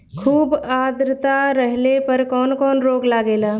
खुब आद्रता रहले पर कौन कौन रोग लागेला?